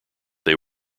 they